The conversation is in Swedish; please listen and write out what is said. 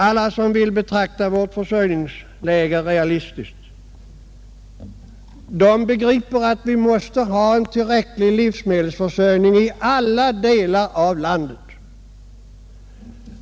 Alla som vill betrakta värt försörjningsläge realistiskt begriper att vi mäste ha en tillräcklig livsmedelsförsörjning i alla delar av Jandet.